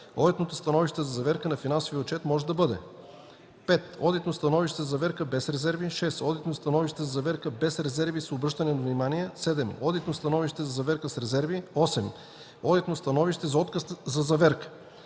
Одитното становище за заверка на финансов отчет може да бъде: 5. одитно становище за заверка без резерви; 6. одитно становище за заверка без резерви с обръщане на внимание; 7. одитно становище за заверка с резерви; 8. одитно становище за отказ за заверка.